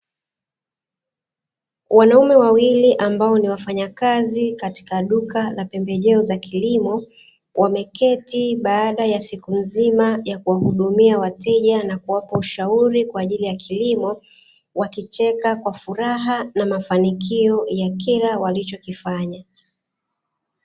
Wanaume wawili ambao ni wafanyakazi katika duka la pembejeo za kilimo, wameketi baada ya siku nzima ya kuwahudumia wateja na kuwapa ushauri kwa ajili ya kilimo, wakicheka kwa furaha na mafanikio ya kila walichokifanya.